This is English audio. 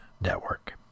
Network